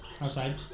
Outside